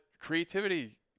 creativity